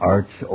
Arch